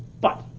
but,